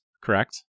correct